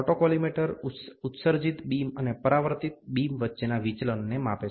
autocollimator ઉત્સર્જિત beam અને પરાવર્તિત બીમ વચ્ચેના વિચલનને માપે છે